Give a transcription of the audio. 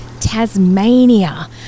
Tasmania